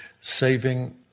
saving